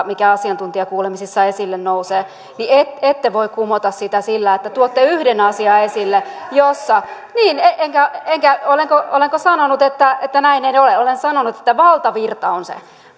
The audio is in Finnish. mikä asiantuntijakuulemisissa esille nousee ette voi kumota sitä sillä että tuotte yhden asian esille jossa niin olenko olenko sanonut että että näin ei ole olen sanonut että valtavirta on se